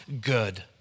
good